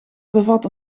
bevat